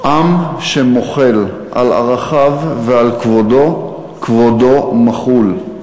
עם שמוחל על ערכיו ועל כבודו, כבודו מחול.